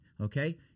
okay